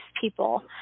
people